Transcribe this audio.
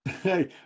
Hey